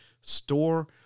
store